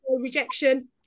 rejection